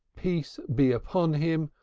peace be upon him,